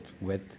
wet